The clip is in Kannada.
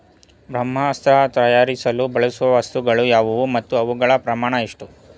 ಬ್ರಹ್ಮಾಸ್ತ್ರ ತಯಾರಿಸಲು ಬಳಸುವ ವಸ್ತುಗಳು ಯಾವುವು ಮತ್ತು ಅವುಗಳ ಪ್ರಮಾಣ ಎಷ್ಟು?